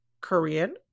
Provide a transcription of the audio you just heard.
Korean